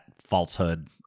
falsehood